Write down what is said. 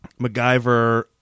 MacGyver